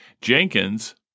Jenkins